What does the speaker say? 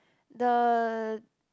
the